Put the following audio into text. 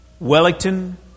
Wellington